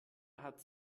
hat